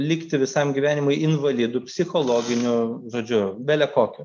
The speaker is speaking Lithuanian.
likti visam gyvenimui invalidu psichologiniu žodžiu belekokiu